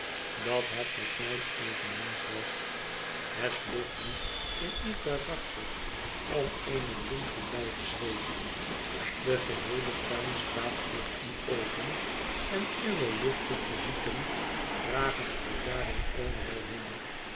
dat het met mij eveneens was het ligt niet in uw karakter om ééne bloem te blijven zweven de geheele tuin staat voor u open en uwe luchtige wieken dragen u daarin overal heen